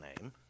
name